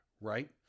right